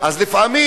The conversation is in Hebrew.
לפעמים,